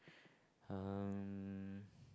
um